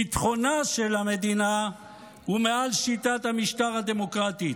ביטחונה של המדינה הוא מעל שיטת המשטר הדמוקרטית.